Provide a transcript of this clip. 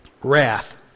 wrath